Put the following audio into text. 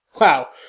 Wow